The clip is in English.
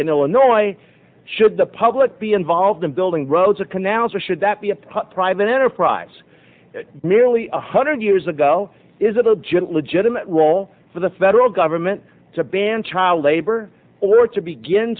in illinois should the public be involved in building roads or canals or should that be a private enterprise nearly a hundred years ago is that object legitimate role for the federal government to ban child labor or to begin